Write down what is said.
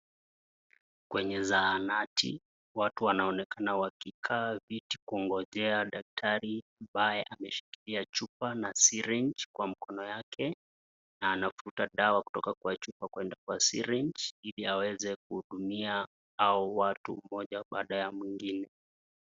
Kwenye zahanati watu wanaonekana wakingojea daktari ambaye ameshikilia chupa na syringe Kwa mkono yake. Na anavuta dawa kutoka kwa chupa kwenda kwa syringe .ili aweze kuhudumia hawa watu moja baada ya mwingine.